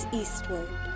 eastward